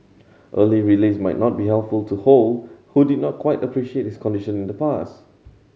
early release might not be helpful to Ho who did not quite appreciate his condition in the past